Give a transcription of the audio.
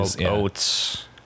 oats